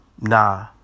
Nah